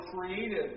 created